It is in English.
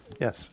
Yes